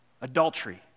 Adultery